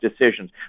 decisions